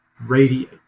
radiate